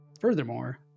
Furthermore